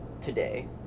today